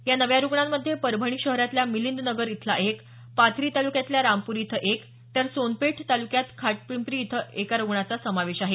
या नव्या रुग्णांमध्ये परभणी शहरातल्या मिलिंद नगर इथला एक पाथरी तालुक्यातल्या रामपुरी इथं एक तर सोनपेठ तालुक्यात खपाटपिंप्री इथल्या एका रुग्णाचा समावेश आहे